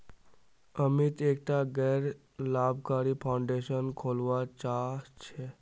अमित एकटा गैर लाभकारी फाउंडेशन खोलवा चाह छ